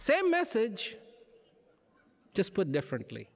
say message just put differently